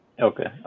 Okay